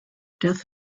death